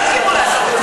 הם לא הסכימו לעשות את זה.